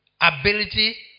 ability